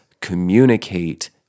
communicate